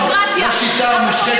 אנחנו בשיטה דמוקרטית,